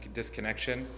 disconnection